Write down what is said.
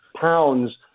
pounds